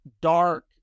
dark